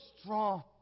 strong